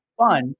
fun